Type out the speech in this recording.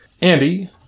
Andy